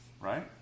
Right